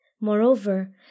Moreover